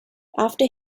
after